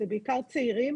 זה בעיקר צעירים